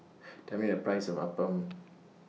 Tell Me The Price of Appam